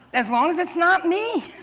as long as it's not me!